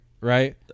right